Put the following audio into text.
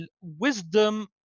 Wisdom